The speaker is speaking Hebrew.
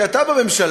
כי אתה בממשלה,